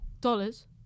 Dollars